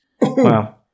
Wow